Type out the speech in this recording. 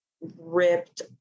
ripped